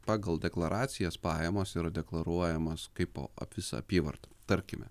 pagal deklaracijas pajamos yra deklaruojamos kai po visą apyvartą tarkime